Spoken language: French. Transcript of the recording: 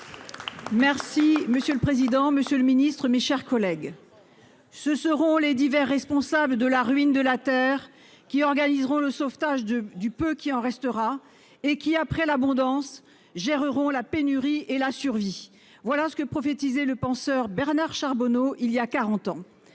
Merci monsieur le président, Monsieur le Ministre, mes chers collègues. Ce seront les divers responsables de la ruine de la terre qui organiseront le sauvetage de du peu qu'il en restera et qui après l'abondance gérerons la pénurie et la survie. Voilà ce que prophétisé le penseur Bernard Charbonneau. Il y a 40 ans.